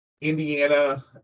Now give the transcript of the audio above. Indiana